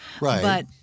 Right